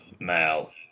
Mal